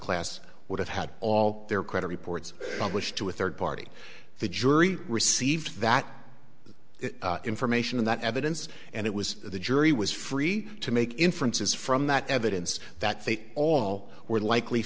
class would have had all their credit reports published to a third party the jury received that information in that evidence and it was the jury was free to make inferences from that evidence that they all were likely